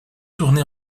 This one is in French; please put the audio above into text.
tournée